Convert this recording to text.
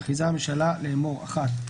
מכריזה הממשלה לאמור: "1א.